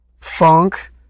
funk